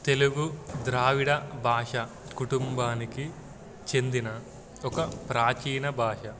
తెలుగు ద్రావిడ భాష కుటుంబానికి చెందిన ఒక ప్రాచీన భాష